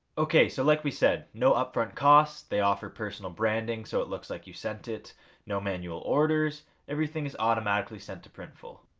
okay so like we said no upfront costs, they offer personal branding so it looks like you sent it and no manual orders everything is automatically sent to printful.